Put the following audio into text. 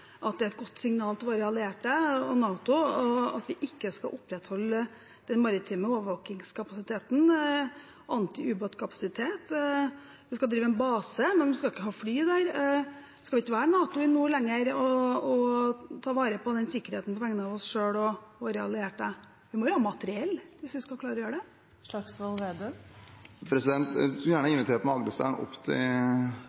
det er et godt signal til våre allierte og NATO, at vi ikke skal opprettholde den maritime overvåkingskapasiteten, anti-utbåtkapasiteten. Man skal drive en base, men ikke ha fly der. Skal det ikke være NATO i nord lenger for å ta vare på sikkerheten på vegne av oss selv og våre allierte? Vi må jo ha materiell hvis vi skal klare å gjøre det. Jeg skulle gjerne